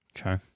Okay